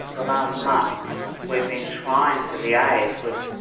the last month we've been trying to liaise with,